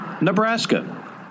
Nebraska